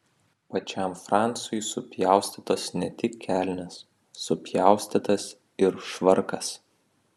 pačiam francui supjaustytos ne tik kelnės supjaustytas ir švarkas